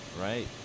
Right